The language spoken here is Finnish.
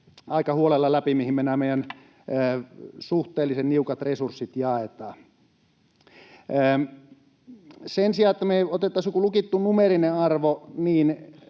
aika huolella läpi, mihin me nämä meidän suhteellisen niukat resurssit jaetaan. Sen sijaan, että me otettaisiin joku lukittu numeerinen arvo, minä